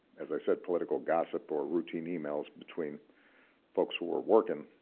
as i said, political gossip or routine emails between folks who are working